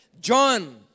John